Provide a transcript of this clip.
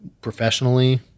professionally